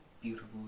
beautiful